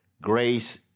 grace